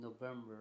November